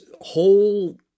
whole